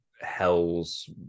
hell's